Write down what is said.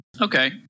Okay